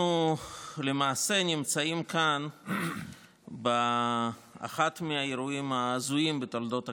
אנחנו למעשה נמצאים כאן באחד מהאירועים ההזויים בתולדות הכנסת,